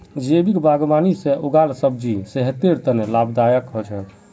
जैविक बागवानी से उगाल सब्जी सेहतेर तने लाभदायक हो छेक